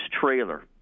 trailer